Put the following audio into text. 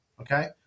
Okay